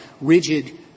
rigid